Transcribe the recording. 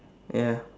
ya